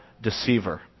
deceiver